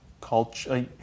culture